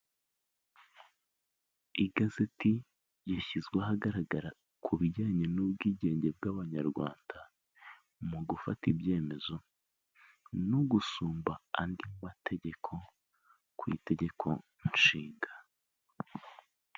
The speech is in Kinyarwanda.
Igazeti yashyizwe ahagaragara ku bijyanye n'ubwigenge bw'abanyarwanda, mu gufata ibyemezo no gusumba andi mategeko ku itegeko nshinga.